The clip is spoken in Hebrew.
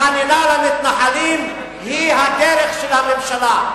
החנינה של המתנחלים היא הדרך של הממשלה.